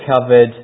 covered